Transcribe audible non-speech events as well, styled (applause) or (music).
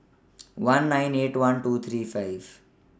(noise) one nine eight one two three five